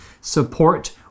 support